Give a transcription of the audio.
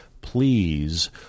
Please